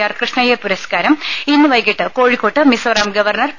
R Krishna Iyer പുസ്കാരം ഇന്ന് വൈകിട്ട് കോഴിക്കോട്ട് മിസോറം ഗവർണർ പി